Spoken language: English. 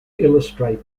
illustrate